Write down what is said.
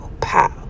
pow